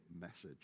message